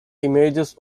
images